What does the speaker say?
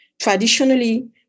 traditionally